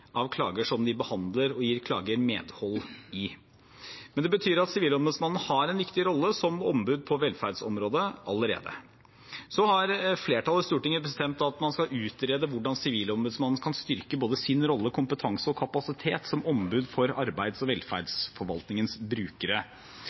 av klager som de behandler og gir klager medhold i, men det betyr at Sivilombudsmannen har en viktig rolle som ombud på velferdsområdet allerede. Så har flertallet i Stortinget bestemt at man skal utrede hvordan Sivilombudsmannen kan styrke både sin rolle, kompetanse og kapasitet som ombud for arbeids- og